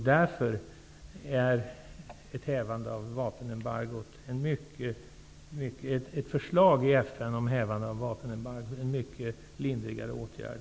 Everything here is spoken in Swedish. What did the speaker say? Därför är ett förslag i FN om hävande av vapenembargot en mycket lindrigare åtgärd.